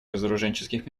разоруженческих